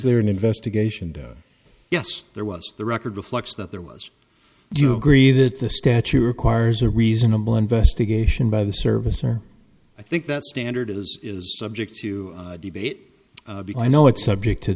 they're an investigation yes there was the record reflects that there was you know agree that the statute requires a reasonable investigation by the service or i think that standard is is subject to debate i know it's subject to